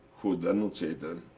who denunciated him.